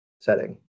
setting